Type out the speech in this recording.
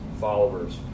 followers